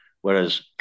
Whereas